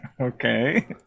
okay